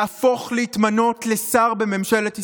להפוך ולהתמנות לשר בממשלת ישראל,